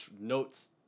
notes